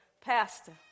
pastor